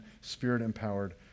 spirit-empowered